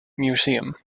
museum